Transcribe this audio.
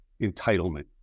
entitlement